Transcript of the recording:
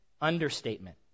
understatement